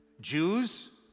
Jews